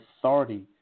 authority